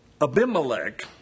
Abimelech